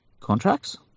contracts